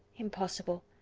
impossible!